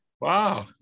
Wow